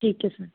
ਠੀਕ ਹੈ ਸਰ